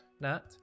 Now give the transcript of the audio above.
Nat